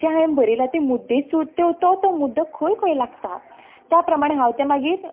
जें हांवें बरयलां तें मुद्देसूद तें तो तो मुद्दो खंय खंय लागता त्याप्रमाणें हांव तें मागीर